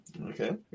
Okay